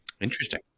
Interesting